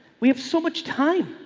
we have so much time.